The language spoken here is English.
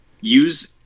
use